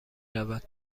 رود